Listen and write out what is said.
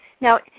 Now